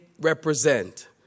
represent